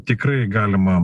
tikrai galima